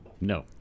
no